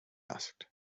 asked